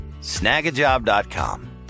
snagajob.com